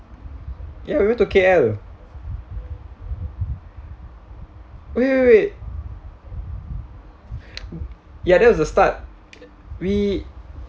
ya we went to K_L wait wait wait ya that was the start we